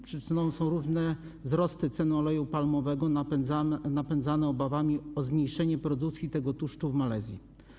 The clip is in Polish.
Przyczyną są równe wzrosty cen oleju palmowego, napędzane obawami o zmniejszenie produkcji tego tłuszczu w Malezji.